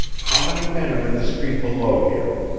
how many men are in the street below here?